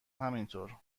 همینطور